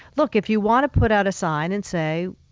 look, if you want to put out a sign and say,